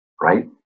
right